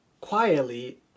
quietly